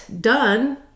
done